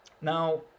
Now